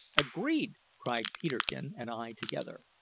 agreed! cried peterkin and i together,